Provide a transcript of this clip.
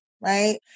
Right